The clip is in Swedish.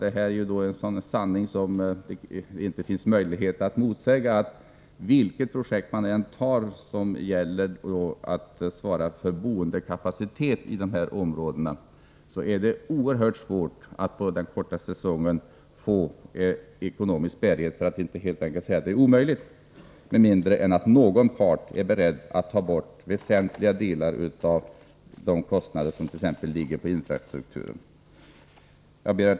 En sanning som man inte kan bestrida är att det, vilket projekt det än gäller som skall svara för boendekapaciteten, är oerhört svårt, för att inte säga omöjligt att få ekonomisk bärighet för verksamheten under den korta säsong som är aktuell. Man kan inte klara detta med mindre än att någon part är beredd att ta på sig väsentliga delar av t.ex. de kostnader som hänför sig till infrastrukturen. Herr talman!